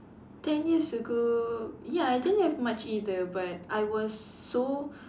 ten years ago ya I didn't have much either but I was so